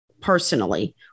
personally